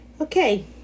Okay